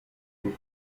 kuri